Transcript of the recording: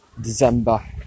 December